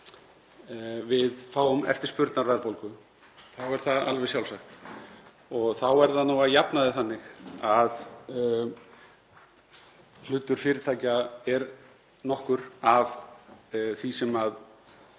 við fáum eftirspurnarverðbólgu þá er það alveg sjálfsagt og er það nú að jafnaði þannig að hlutur fyrirtækja er nokkur af því sem